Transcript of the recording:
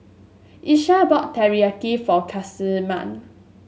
Leshia bought Teriyaki for Casimir